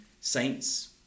Saints